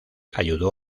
ayudó